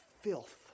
filth